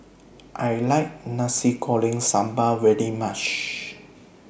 I like Nasi Goreng Sambal very much